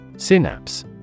Synapse